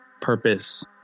purpose